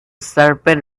serpent